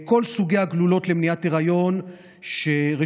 כל סוגי הגלולות למניעת היריון שרשומות